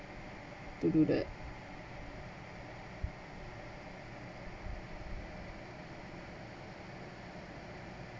to do that